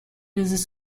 this